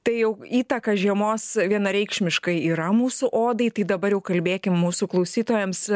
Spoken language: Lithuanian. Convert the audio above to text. tai jau įtaka žiemos vienareikšmiškai yra mūsų odai tai dabar jau kalbėkim mūsų klausytojams